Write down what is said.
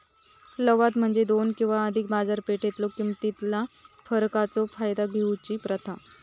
लवाद म्हणजे दोन किंवा अधिक बाजारपेठेतलो किमतीतला फरकाचो फायदा घेऊची प्रथा